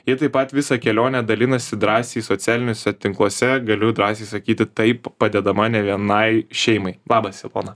ji taip pat visą kelionę dalinasi drąsiai socialiniuose tinkluose galiu drąsiai sakyti taip padėdama ne vienai šeimai labas ilona